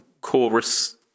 chorus